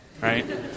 right